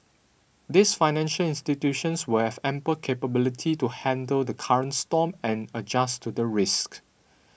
this financial institutions will have ample capability to handle the current storm and adjust to the risks